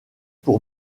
pour